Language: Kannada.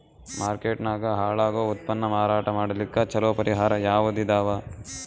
ಮಾರ್ಕೆಟ್ ನಾಗ ಹಾಳಾಗೋ ಉತ್ಪನ್ನ ಮಾರಾಟ ಮಾಡಲಿಕ್ಕ ಚಲೋ ಪರಿಹಾರ ಯಾವುದ್ ಇದಾವ?